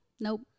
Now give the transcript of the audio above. Nope